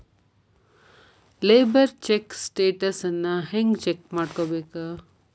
Labour check ಸ್ಟೆಟಸನ್ನ ಹೆಂಗ್ check ಮಾಡ್ಕೊಬೇಕ್?